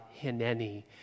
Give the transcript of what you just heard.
Hineni